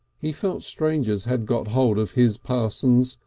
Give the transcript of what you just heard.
he felt strangers had got hold of his parsons,